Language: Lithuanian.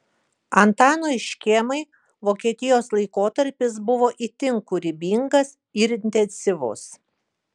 antanui škėmai vokietijos laikotarpis buvo itin kūrybingas ir intensyvus